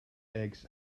eggs